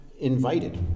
invited